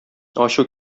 ачу